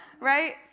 right